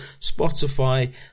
Spotify